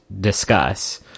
discuss